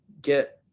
get